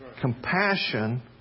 Compassion